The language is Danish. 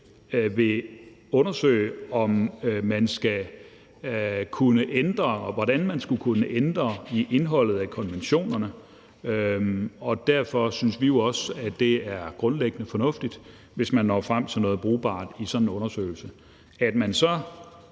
vil undersøge, om og hvordan man skal kunne ændre i indholdet af konventionerne. Derfor synes vi jo også, at det er grundlæggende fornuftigt, hvis man når frem til noget brugbart i sådan en undersøgelse.